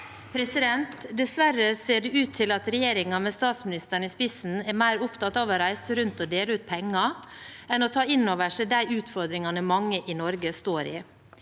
Dessverre ser det ut til at regjeringen, med statsministeren i spissen, er mer opptatt av å reise rundt og dele ut penger enn å ta innover seg de utfordringene mange i Norge står i.